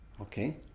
Okay